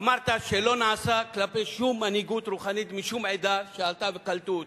אמרת שלא נעשה כלפי שום מנהיגות רוחנית משום עדה שעלתה וקלטו אותה,